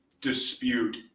dispute